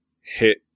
hit